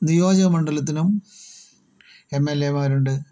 നിയോജക മണ്ഡലത്തിനും എം എൽ എമാർ ഉണ്ട്